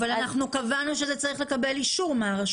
קבענו שזה צריך לקבל אישור מהרשות המוסמכת.